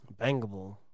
Bangable